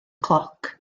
cloc